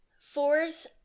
Fours